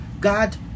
God